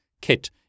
kit